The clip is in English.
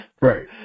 Right